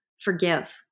forgive